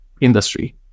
industry